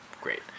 great